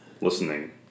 listening